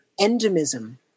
endemism